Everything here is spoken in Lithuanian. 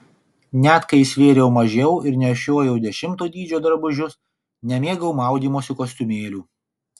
net kai svėriau mažiau ir nešiojau dešimto dydžio drabužius nemėgau maudymosi kostiumėlių